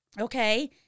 Okay